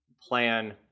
plan